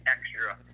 Extra